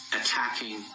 attacking